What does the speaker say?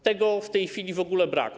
Tego w tej chwili w ogóle brak.